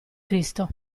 cristo